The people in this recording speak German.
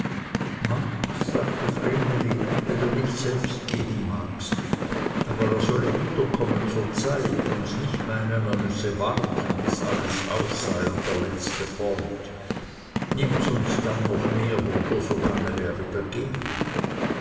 machs sagte vreneli wenn du nicht selbst gehen magst aber er solle wiederkommen zur zeit und nicht meinen er müsse warten bis alles aus sei und der letzte fort nimmts uns dann noch mehr wunder so kann er ja wieder gehen